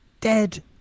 Dead